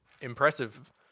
Impressive